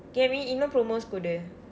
get what I mean இன்னும்:innum promos கொடு:kodu